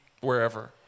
wherever